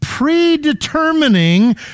predetermining